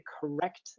correct